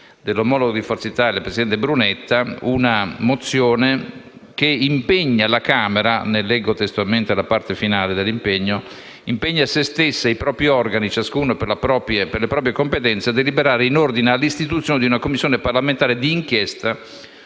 dell'omologo di Forza Italia, presidente Brunetta, una mozione - leggo testualmente la parte finale del dispositivo - che «impegna se stessa, i propri organi, ciascuno per le proprie competenze, a deliberare in ordine all'istituzione di un Commissione parlamentare d'inchiesta